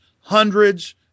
hundreds